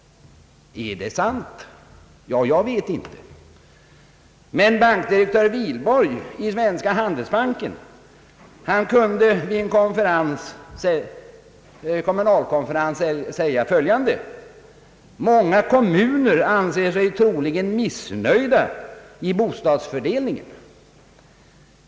Är det sant? Ja, jag vet inte. Men bankdirektör Wihlborg i Svenska handelsbanken kunde vid en kommunalkonferens säga att många kommuner troligen anser sig missgynnade vid bostadsfördelningen.